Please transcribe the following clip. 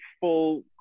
full